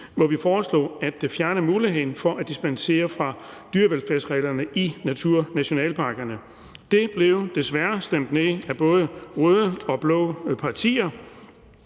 hvor vi foreslog at fjerne muligheden for at dispensere fra dyrevelfærdsreglerne i naturnationalparkerne. Det blev desværre stemt ned af både røde og blå partier,